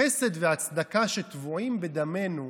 החסד והצדקה שטבועים בדמנו